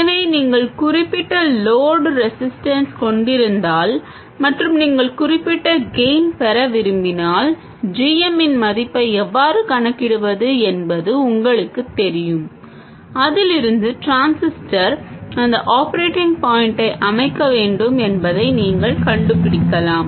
எனவே நீங்கள் குறிப்பிட்ட லோடு ரெஸிஸ்டன்ஸ் கொண்டிருந்தால் மற்றும் நீங்கள் குறிப்பிட்ட கெய்ன் பெற விரும்பினால் g m இன் மதிப்பை எவ்வாறு கணக்கிடுவது என்பது உங்களுக்குத் தெரியும் அதிலிருந்து டிரான்சிஸ்டர் எந்த ஆப்ரேட்டிங் பாயின்ட்டை அமைக்க வேண்டும் என்பதை நீங்கள் கண்டுபிடிக்கலாம்